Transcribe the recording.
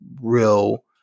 real